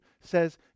says